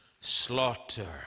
slaughter